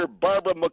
Barbara